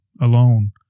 alone